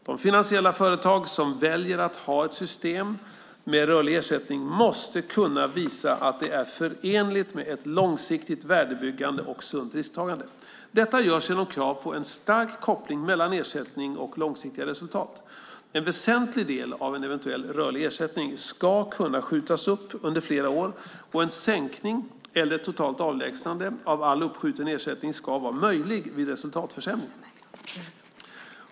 De finansiella företag som väljer att ha ett system med rörlig ersättning måste kunna visa att det är förenligt med ett långsiktigt värdebyggande och sunt risktagande. Detta görs genom krav på en stark koppling mellan ersättning och långsiktigt resultat. En väsentlig del av en eventuell rörlig ersättning ska kunna skjutas upp under flera år, och en sänkning eller ett totalt avlägsnande av all uppskjuten ersättning ska vara möjlig vid resultatförsämring.